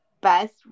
Best